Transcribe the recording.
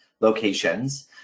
locations